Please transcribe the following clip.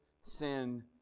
sin